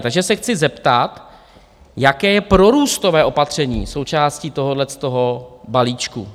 Takže se chci zeptat, jaké je prorůstové opatření součástí tohohletoho balíčku?